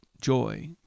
joy